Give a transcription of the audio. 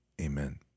amen